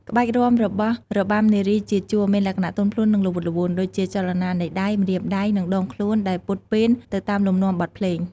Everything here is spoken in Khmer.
ក្បាច់រាំរបស់របាំនារីជាជួរមានលក្ខណៈទន់ភ្លន់ និងល្វត់ល្វន់ ដូចជាចលនានៃដៃ ម្រាមដៃ និងដងខ្លួនដែលពត់ពែនទៅតាមលំនាំបទភ្លេង។